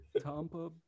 Tampa